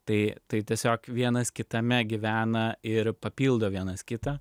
tai tai tiesiog vienas kitame gyvena ir papildo vienas kitą